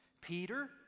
Peter